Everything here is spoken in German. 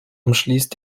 umschließt